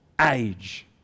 age